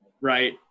right